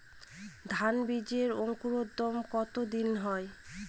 ধান বীজের অঙ্কুরোদগম কত দিনে হয়?